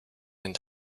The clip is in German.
and